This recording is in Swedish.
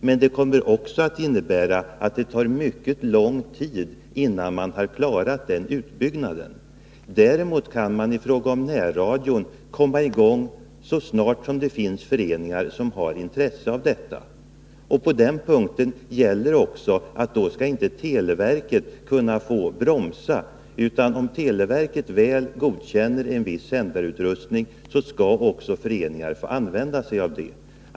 Men det innebär också att det kommer att ta mycket lång tid, innan man har klarat av utbyggnaden av allemansradion. Däremot kan man i fråga om närradion komma i gång så snart som det finns föreningar som har intresse av närradioverksamhet. Men då gäller det att televerket inte bromsar. Om televerket väl godkänner en viss sändarutrustning, då skall också föreningarna få använda sig av den.